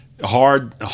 Hard